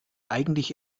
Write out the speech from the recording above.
eigentlich